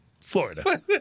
Florida